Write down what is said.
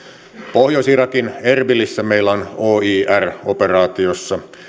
pohjois irakin erbilissä meillä on oir operaatiossa